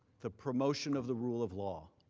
the promotion of the rule of law.